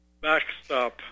backstop